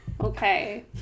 Okay